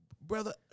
Brother